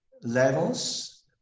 levels